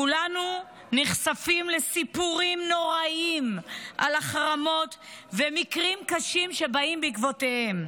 כולנו נחשפים לסיפורים נוראיים על החרמות ומקרים קשים שבאים בעקבותיהם.